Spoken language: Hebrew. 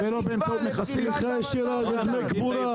כשלא יישארו חקלאים,